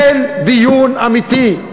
אין דיון אמיתי.